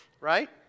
Right